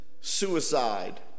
suicide